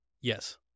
Yes